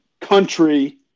country